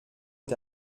est